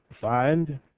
find